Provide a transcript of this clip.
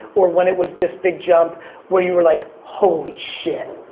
or when it was this big jump where you were like, holy shit?